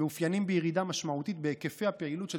המתאפיינים בירידה משמעותית בהיקפי הפעילות של